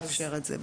לאפשר את זה.